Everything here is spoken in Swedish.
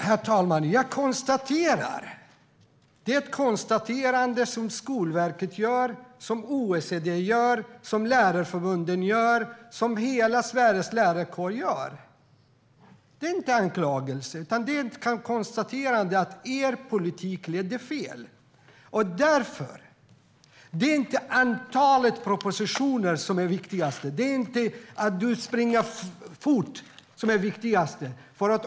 Herr talman! Det konstaterande som Skolverket gör, som OECD gör, som lärarförbunden gör och som hela Sveriges lärarkår gör är inte anklagelser, utan det är ett konstaterande att er politik ledde fel. Det är inte antalet propositioner som är viktigast. Det är inte att du springer fort som är viktigast.